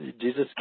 Jesus